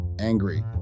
angry